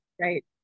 Right